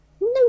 No